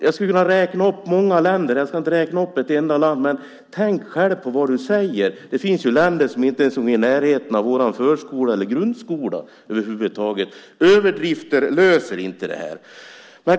Jag skulle kunna räkna upp många länder - jag ska inte räkna upp ett enda - men tänk själv på vad du säger. Det finns ju länder som över huvud taget inte är i närheten av vår förskola eller grundskola. Överdrifter löser inte det här.